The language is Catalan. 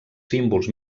símbols